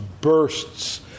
bursts